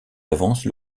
d’avance